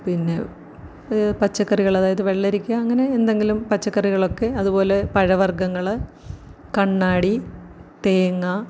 പിന്നെ പച്ചക്കറികൾ അതായത് വെള്ളരിക്ക അങ്ങനെ എന്തെങ്കിലും പച്ചക്കറികളൊക്കെ അതുപോലെ പഴവർഗ്ഗങ്ങൾ കണ്ണാടി തേങ്ങ